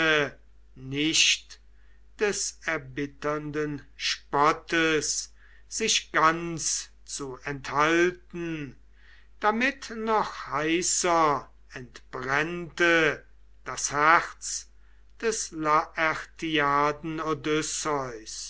nicht des erbitternden spottes sich ganz zu enthalten damit noch heißer entbrennte das herz des